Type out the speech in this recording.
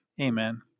Amen